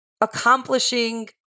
accomplishing